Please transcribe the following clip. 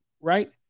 right